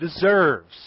deserves